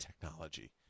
technology